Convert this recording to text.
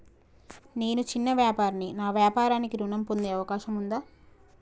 నేను చిన్న వ్యాపారిని నా వ్యాపారానికి ఋణం పొందే అవకాశం ఉందా?